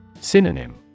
Synonym